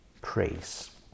praise